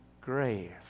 grave